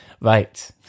Right